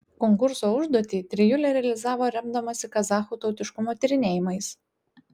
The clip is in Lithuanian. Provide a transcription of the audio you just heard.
konkurso užduotį trijulė realizavo remdamasi kazachų tautiškumo tyrinėjimais